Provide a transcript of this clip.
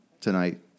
tonight